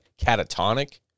catatonic